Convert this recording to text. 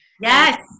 Yes